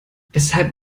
weshalb